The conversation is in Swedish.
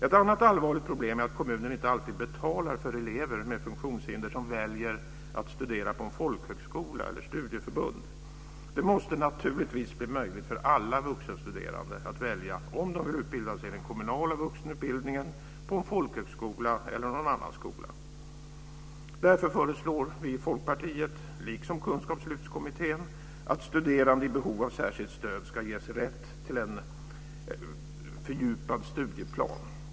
Ett annat allvarligt problem är att kommuner inte alltid betalar för elever med funktionshinder som väljer att studera på folkhögskola eller i studieförbund. Det måste naturligtvis bli möjligt för alla vuxenstuderande att välja om de vill utbilda sig i den kommunala vuxenutbildningen, på en folkhögskola eller någon annan skola. Därför föreslår vi i Folkpartiet, liksom kunskapslyftskommittén, att studerande i behov av särskilt stöd ska ges rätt till en fördjupad studieplan.